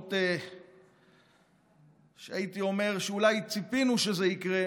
משמעות שהייתי אומר שאולי ציפינו שזה יקרה,